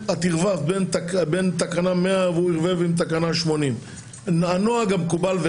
את ערבבת בין תקנה 100 עם תקנה 80. הנוהג המקובל,